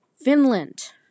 Finland